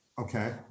Okay